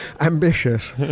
Ambitious